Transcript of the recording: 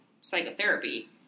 psychotherapy